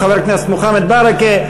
הוא חבר הכנסת מוחמד ברכה.